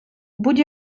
будь